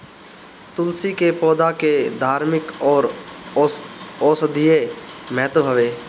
तुलसी के पौधा के धार्मिक अउरी औषधीय महत्व हवे